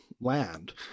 land